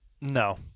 No